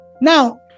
Now